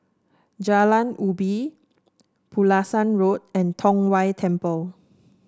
Jalan Ubi Pulasan Road and Tong Whye Temple